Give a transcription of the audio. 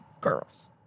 Girls